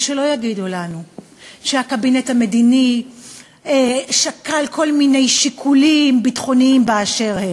ושלא יגידו לנו שהקבינט המדיני שקל כל מיני שיקולים ביטחוניים באשר הם.